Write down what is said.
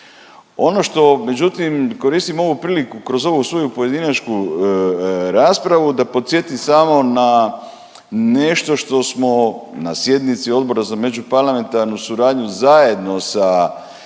Ono što međutim, koristim ovu priliku kroz ovu svoju pojedinačnu raspravu da podsjetim samo na nešto što smo na sjednici Odbora za međuparlamentarnu suradnju zajedno sa